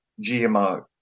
GMO